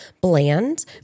bland